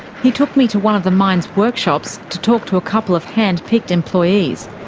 he took me to one of the mine's workshops to talk to a couple of handpicked employees.